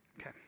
Okay